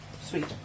Sweet